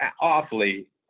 awfully